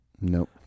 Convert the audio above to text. Nope